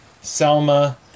Selma